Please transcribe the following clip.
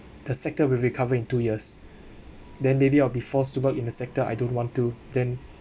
the sector will recover in two years then maybe I'll be forced to work in a sector I don't want to then